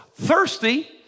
thirsty